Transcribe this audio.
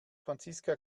franziska